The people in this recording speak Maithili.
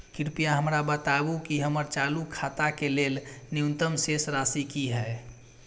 कृपया हमरा बताबू कि हमर चालू खाता के लेल न्यूनतम शेष राशि की हय